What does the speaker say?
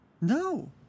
No